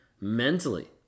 mentally